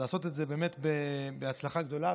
תעשה את זה בהצלחה גדולה.